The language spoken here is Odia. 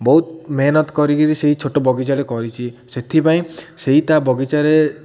ବହୁତ ମେହନତ କରିକିରି ସେଇ ଛୋଟ ବଗିଚାରେ କରିଛି ସେଥିପାଇଁ ସେଇ ତା ବଗିଚାରେ